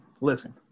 listen